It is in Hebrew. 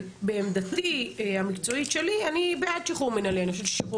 בעמדתי המקצועית שלי, אני בעד שחרור מינהלי.